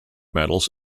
medals